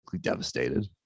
devastated